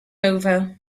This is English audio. over